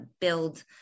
build